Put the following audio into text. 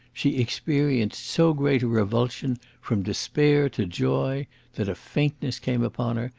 she experienced so great a revulsion from despair to joy that a faintness came upon her,